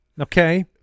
Okay